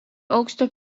aukšto